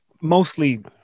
mostly